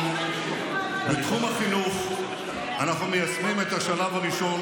בתחום החינוך אנחנו מיישמים את השלב הראשון